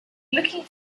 looking